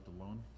alone